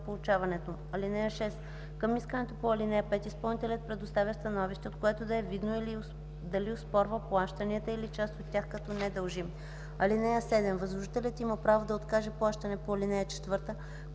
му. (6) Към искането по ал. 5 изпълнителят предоставя становище, от което да е видно дали оспорва плащанията или част от тях като недължими. (7) Възложителят има право да откаже плащане по ал. 4,